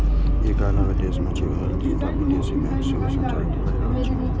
एकर अलावे देश मे छियालिस टा विदेशी बैंक सेहो संचालित भए रहल छै